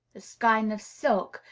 a skein of silk,